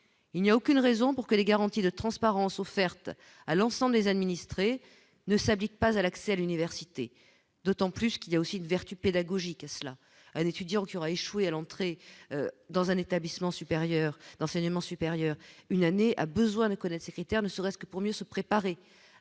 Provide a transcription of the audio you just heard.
il n'y a aucune raison pour que les garanties de transparence offerte à l'ensemble des administrés ne s'applique pas à l'accès à l'université d'autant plus qu'il y a aussi une vertu pédagogique à cela, un étudiant qui aura échoué à l'entrée dans un établissement supérieur d'enseignement supérieur, une année, a besoin de connaître ces critères ne serait-ce que pour mieux se préparer à